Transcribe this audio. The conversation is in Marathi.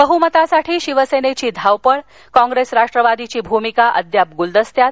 बहुमतासाठी शिवसेनेची धावपळ काँग्रेस राष्ट्रवादीची भूमिका गुलदस्त्यात